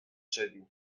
شدی